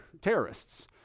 terrorists